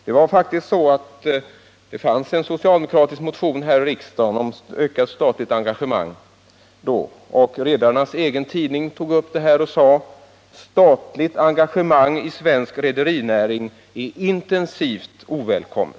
Det fanns faktiskt en socialdemokratisk motion här i riksdagen om ökat statligt engagemang då, men redarnas egen tidning tog upp det förslaget och sade att statligt engagemang i svensk rederinäring är intensivt ovälkommet.